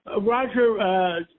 Roger